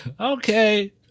Okay